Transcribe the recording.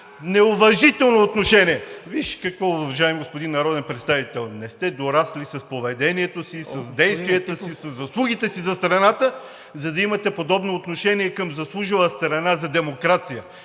неуважително отношение. Виж какво, уважаеми господин Народен представител, не сте дорасли с поведението си, с действията си, със заслугите си за страната, за да имате подобно отношение към заслужила за демокрацията